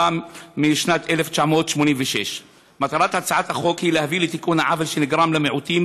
מדינת הלאום של העם היהודי תיקון המוצע לסעיף 10,